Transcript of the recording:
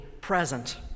present